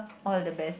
all the best